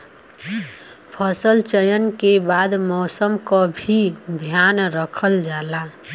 फसल चयन के बाद मौसम क भी ध्यान रखल जाला